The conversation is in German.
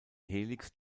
helix